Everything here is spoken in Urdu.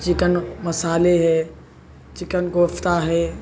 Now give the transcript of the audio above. چکن مصالحے ہے چکن کوفتہ ہے